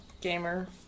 gamer